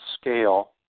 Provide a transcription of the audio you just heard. scale